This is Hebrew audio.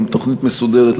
עם תוכנית מסודרת,